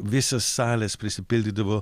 visos salės prisipildydavo